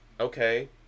Okay